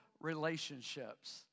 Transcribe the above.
relationships